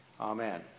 Amen